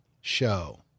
show